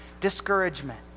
discouragement